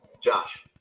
Josh